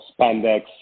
spandex